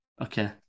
Okay